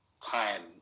time